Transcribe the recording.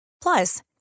Plus